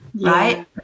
right